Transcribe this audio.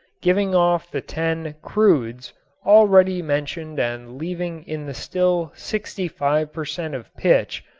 giving off the ten crudes already mentioned and leaving in the still sixty-five per cent. of pitch,